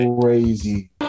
Crazy